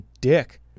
dick